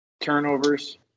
Turnovers